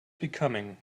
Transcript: becoming